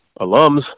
alums